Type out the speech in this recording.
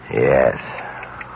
Yes